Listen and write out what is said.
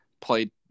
played